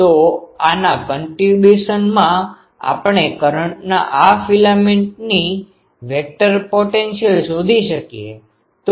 તો આના કન્ટ્રીબ્યુસનમાં આપણે કરંટના આ ફિલામેન્ટની વેક્ટર પોટેન્શિઅલ શોધી શકીએ